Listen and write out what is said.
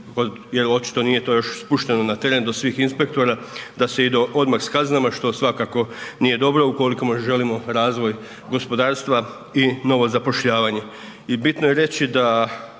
jer očito nije to još spušteno na teren do svih inspektora da se ide odmah s kaznama, što svakako nije dobro ukoliko želimo razvoj gospodarstva i novo zapošljavanje.